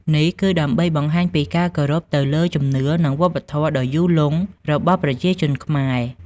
នេះគឺដើម្បីបង្ហាញពីការគោរពទៅលើជំនឿនិងវប្បធម៌ដ៏យូរលង់របស់ប្រជាជនខ្មែរ។